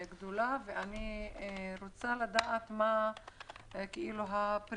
אני רוצה לדעת מה הפריסה,